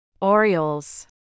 Orioles